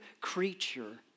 creature